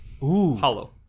Hollow